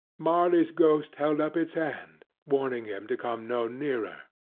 marley's ghost held up its hand, warning him to come no nearer.